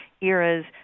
era's